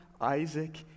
Isaac